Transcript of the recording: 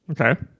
Okay